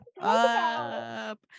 up